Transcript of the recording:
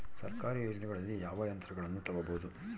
ಸರ್ಕಾರಿ ಯೋಜನೆಗಳಲ್ಲಿ ಯಾವ ಯಂತ್ರಗಳನ್ನ ತಗಬಹುದು?